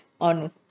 on